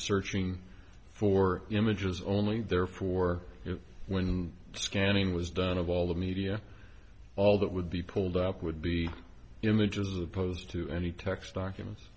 searching for images only therefore if when scanning was done of all the media all that would be pulled up would be images opposed to any text documents